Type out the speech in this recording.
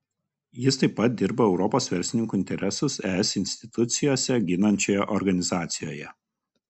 jis taip pat dirba europos verslininkų interesus es institucijose ginančioje organizacijoje